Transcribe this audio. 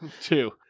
Two